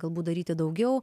galbūt daryti daugiau